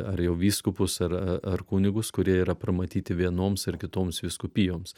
ar jau vyskupus ar ar kunigus kurie yra pramatyti vienoms ar kitoms vyskupijoms